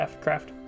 craft